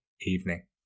evening